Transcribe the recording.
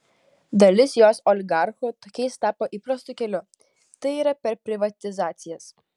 dalis jos oligarchų tokiais tapo įprastu keliu tai yra per privatizacijas